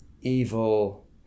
evil